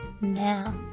Now